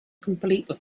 completely